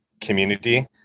community